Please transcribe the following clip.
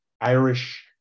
Irish